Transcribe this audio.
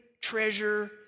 treasure